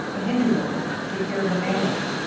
a hindu woman took care of the family.